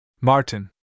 Martin